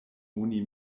oni